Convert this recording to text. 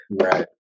Right